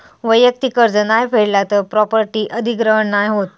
वैयक्तिक कर्ज नाय फेडला तर प्रॉपर्टी अधिग्रहण नाय होत